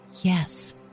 yes